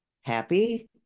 happy